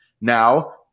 Now